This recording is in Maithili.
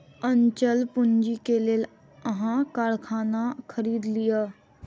अचल पूंजी के लेल अहाँ कारखाना खरीद लिअ